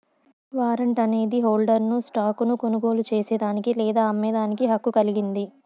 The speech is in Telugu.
వారంట్ అనేది హోల్డర్ను స్టాక్ ను కొనుగోలు చేసేదానికి లేదా అమ్మేదానికి హక్కు కలిగింది